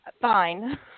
fine